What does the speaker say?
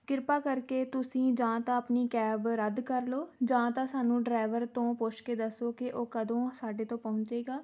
ਕਿਰਪਾ ਕਰਕੇ ਤੁਸੀਂ ਜਾਂ ਤਾਂ ਆਪਣੀ ਕੈਬ ਰੱਦ ਕਰ ਲਉ ਜਾਂ ਤਾਂ ਸਾਨੂੰ ਡਰਾਈਵਰ ਤੋਂ ਪੁੱਛ ਕੇ ਦੱਸੋ ਕਿ ਉਹ ਕਦੋਂ ਸਾਡੇ ਤੋਂ ਪਹੁੰਚੇਗਾ